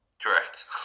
Correct